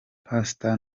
pastor